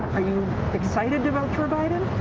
excited to vote for biden